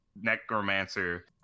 necromancer